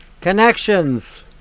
connections